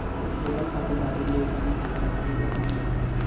गोबर खातू डारे ले बन कचरा घलो जादा नइ होवय